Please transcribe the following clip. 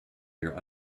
your